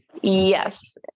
Yes